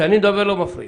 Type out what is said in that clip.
כשאני מדבר לא מפריעים.